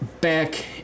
back